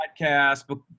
podcast